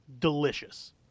delicious